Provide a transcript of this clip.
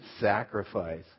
sacrifice